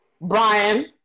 Brian